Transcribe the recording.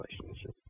relationship